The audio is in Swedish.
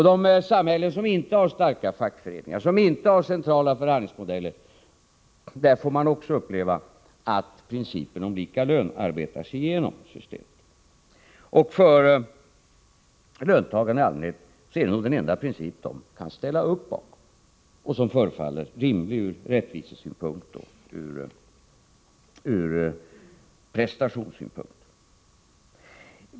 I de samhällen där man inte har starka fackföreningar, inte har centrala förhandlingsmodeller, får man också uppleva att principen om lika lön arbetar sig igenom systemet. För löntagarna i allmänhet är det nog den enda princip man kan ställa upp bakom och som förefaller rimlig ur rättvisesynpunkt och ur prestationssynpunkt.